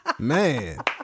Man